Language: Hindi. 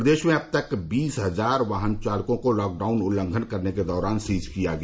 प्रदेश में अब तक लगभग बीस हजार वाहनों को लॉकडाउन उल्लंघन करने के दौरान सीज किया गया